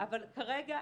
אבל כרגע,